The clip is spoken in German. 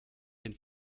den